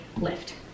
lift